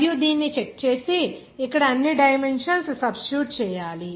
మనము దీన్ని చెక్ చేసి ఇక్కడ అన్ని డైమెన్షన్స్ సబ్స్టిట్యూట్ చేయాలి